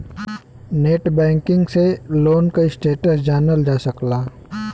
net banking से loan क status जानल जा सकला